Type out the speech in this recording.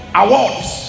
awards